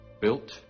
built